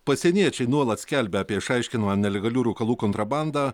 pasieniečiai nuolat skelbia apie išaiškinamą nelegalių rūkalų kontrabandą